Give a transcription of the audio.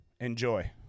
enjoy